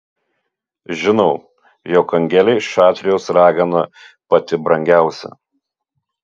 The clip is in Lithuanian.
žinau jog angelei šatrijos ragana pati brangiausia